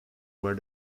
where